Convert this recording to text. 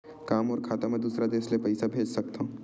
का मोर खाता म दूसरा देश ले पईसा भेज सकथव?